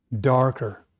Darker